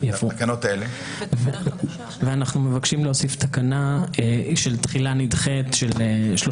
אנחנו מבקשים להוסיף תקנה של תחילה נדחית של 3